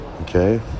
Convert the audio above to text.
Okay